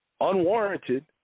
unwarranted